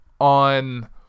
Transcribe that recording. on